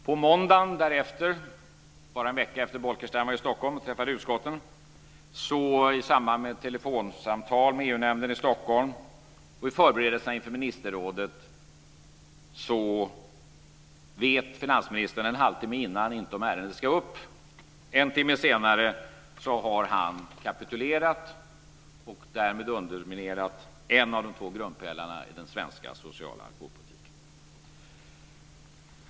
På måndagen därefter - bara en vecka efter det att Bolkestein var i Stockholm och träffade utskotten - i samband med ett telefonsamtal med EU-nämnden i Stockholm och förberedelserna inför ministerrådet, vet finansministern en halvtimme innan inte om ärendet ska upp på mötet. En timme senare har han kapitulerat och därmed underminerat en av de två grundpelarna i den svenska sociala alkoholpolitiken.